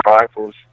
rifles